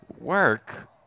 work